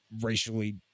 racially